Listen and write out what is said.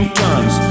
tons